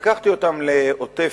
ולקחתי אותם לעוטף-עזה,